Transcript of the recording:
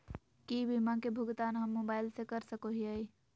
की बीमा के भुगतान हम मोबाइल से कर सको हियै?